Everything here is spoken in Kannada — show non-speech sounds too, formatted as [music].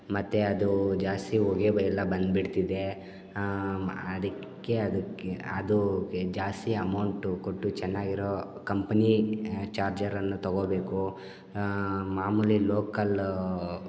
ಮತ್ತು ಅದು ಜಾಸ್ತಿ ಹೊಗೆ ಬೆ ಎಲ್ಲ ಬಂದುಬಿಡ್ತಿದೆ [unintelligible] ಅದಕ್ಕೆ ಅದಕ್ಕೆ ಅದು ಗೆ ಜಾಸ್ತಿ ಅಮೌಂಟು ಕೊಟ್ಟು ಚೆನ್ನಾಗಿರೋ ಕಂಪನಿ ಚಾರ್ಜರನ್ನು ತಗೊಬೇಕು ಮಾಮುಲಿ ಲೋಕಲ್